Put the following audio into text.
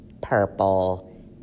purple